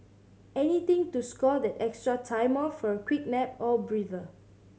anything to score that extra time off for a quick nap or breather